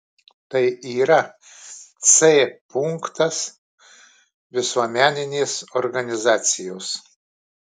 tai yra c punktas visuomeninės organizacijos